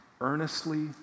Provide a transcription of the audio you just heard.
earnestly